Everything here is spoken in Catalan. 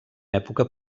època